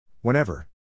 Whenever